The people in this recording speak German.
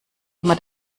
immer